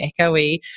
echoey